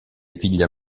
figlia